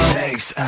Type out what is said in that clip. Thanks